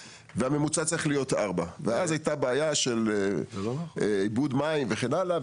והממוצע צריך להיות 4. הייתה אז בעיה של איבוד מים וכן הלאה,